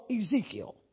Ezekiel